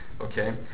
okay